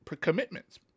commitments